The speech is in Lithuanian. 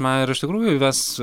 na ir iš tikrųjų įves